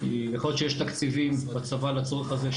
יכול להיות שיש תקציבים בצבא לצורך הזה,